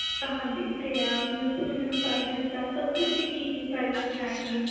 ਹਾਂਜੀ ਅਤੇ ਤੁਸੀਂ ਮੈਨੂੰ ਪ੍ਰਾਈਸਿਸ ਦੱਸ ਸਕਦੇ ਹੋ ਕਿ ਕੀ ਕੀ ਪ੍ਰਾਈਜ ਰਹਿਣਗੇ